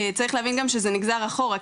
צריך להבין גם שזה נגזר אחורה,